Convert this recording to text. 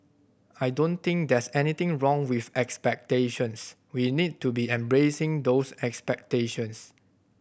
I don't think there's anything wrong with expectations we need to be embracing those expectations